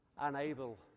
unable